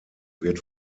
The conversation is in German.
wird